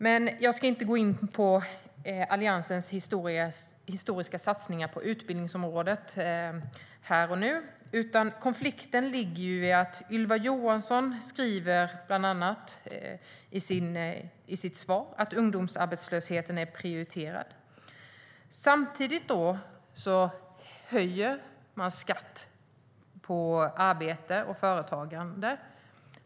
Men jag ska inte gå in på Alliansens historiska satsningar på utbildningsområdet här och nu. Konflikten ligger i att Ylva Johansson säger i sitt svar att ungdomsarbetslösheten är prioriterad samtidigt som man höjer skatten på arbete och företagande.